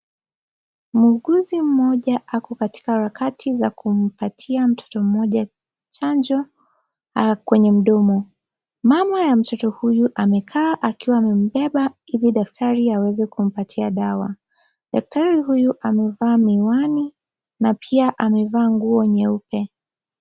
Muuguzi mmoja ako katika harakati za kumpatia mtoto mmoja chanjo kwenye mdomo. Mama ya mtoto huyu amekaa akiwa amembeba ili daktari aweze kumpatia dawa. daktari huyu amevaa miwani na pia amevaa nguo nyeupe.